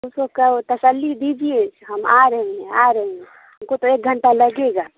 اس کو کہو تسلی دیجیے کہ ہم آ رہے ہیں آ رہے ہیں ہم کو تو ایک گھنٹہ لگے گا